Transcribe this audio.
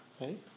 right